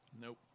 Nope